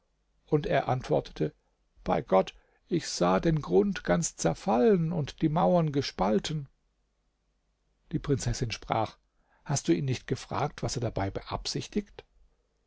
und er antwortete bei gott ich sah den grund ganz zerfallen und die mauern gespalten die prinzessin sprach hast du ihn nicht gefragt was er dabei beabsichtigt